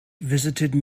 visited